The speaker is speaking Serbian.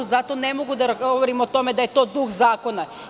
Zato ne mogu da govorim o tome da je to duh zakona.